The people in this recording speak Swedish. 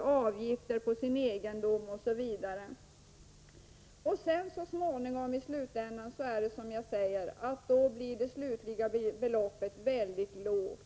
och avgifter på sin egen egendom osv. Men i slutänden blir ofta det belopp som skall tas ut mycket lågt.